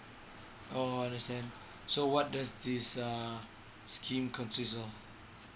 oh understand so what does this uh scheme consists of